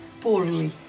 Poorly